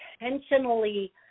intentionally